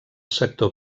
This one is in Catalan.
sector